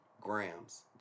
Grams